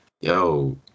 yo